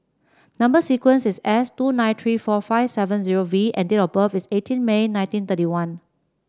number sequence is S two nine three four five seven zero V and date of birth is eighteen May nineteen thirty one